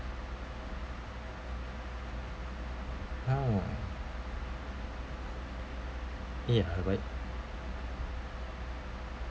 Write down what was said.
oh ya but